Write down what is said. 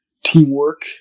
teamwork